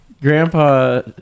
Grandpa